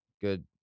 good